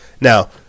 Now